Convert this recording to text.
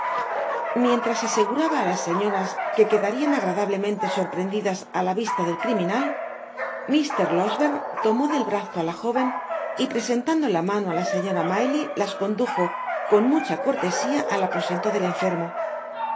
mientras aseguraba á las señoras que quedarian agradablemente sorprendidas á la vista del criminal mr losberne tomó del brazo á la jóven y presentando la mano á la señora maylie las condujo con mucha cortesia al aposento del enfermo